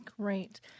great